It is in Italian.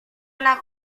una